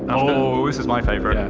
this is my favorite.